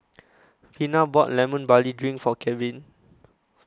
Vina bought Lemon Barley Drink For Kevin